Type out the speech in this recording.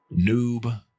noob